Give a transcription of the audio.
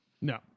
No